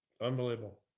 Unbelievable